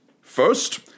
First